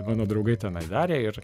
mano draugai tenai darė ir